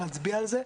אפשר להצביע על זה?